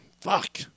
Fuck